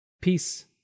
Peace